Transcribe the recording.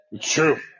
True